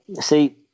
see